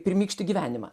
pirmykštį gyvenimą